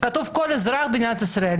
כתוב: כל אזרח במדינת ישראל,